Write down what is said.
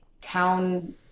town